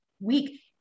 week